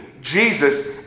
Jesus